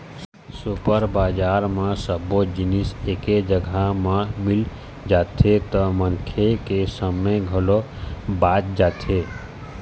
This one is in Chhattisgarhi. सुपर बजार म सब्बो जिनिस एके जघा म मिल जाथे त मनखे के समे घलोक बाच जाथे